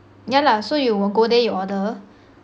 yeah lah so you will go then you order